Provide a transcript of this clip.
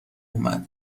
اومد